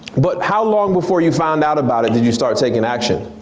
but how long before you found out about it did you start taking action?